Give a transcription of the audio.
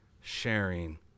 sharing